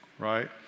Right